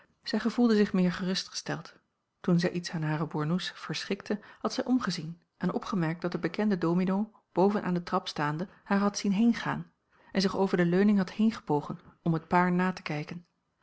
zij gevoelde zich meer gerustgesteld toen zij iets aan haren boernoes verschikte had zij omgezien en opgemerkt dat de bekende domino boven aan de trap staande haar had zien heengaan en zich over de leuning had heengebogen om het paar na te kijken